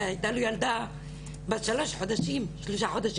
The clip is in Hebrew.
יש לו ילדה בת שלושה חודשים,